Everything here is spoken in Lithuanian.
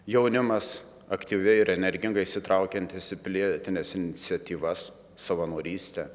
jaunimas aktyviai ir energingai įsitraukiantis į pilietines iniciatyvas savanorystę